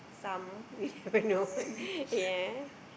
some you never know ya